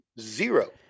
zero